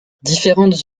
différentes